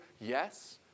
yes